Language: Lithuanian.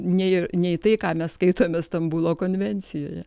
nei nei tai ką mes skaitome stambulo konvencijoje